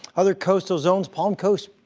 other coastal zones, palm coast,